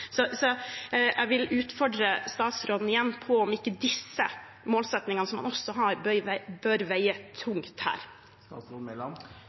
utfordre statsråden på om ikke disse målsettingene, som man også har, bør